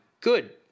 good